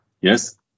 Yes